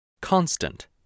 Constant